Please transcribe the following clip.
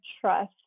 trust